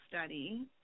study